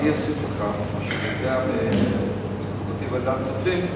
מה שאני יודע מתקופתי בוועדת הכספים,